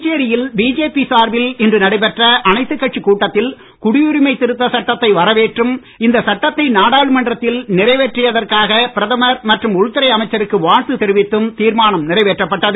புதுச்சேரியில் பிஜேபி சார்பில் இன்று நடைபெற்ற அனைத்துக் கட்சிக் கூட்டத்தில் குடியுரிமை திருத்தச் சட்டத்தை வரவேற்றும் இந்த சட்டத்தை நாடாளுமன்றத்தில் நிறைவேற்றியதற்காக பிரதமர் மற்றும் மத்திய உள்துறை அமைச்சருக்கு வாழ்த்து தெரிவித்தும் தீர்மானம் நிறைவேற்றப்பட்டது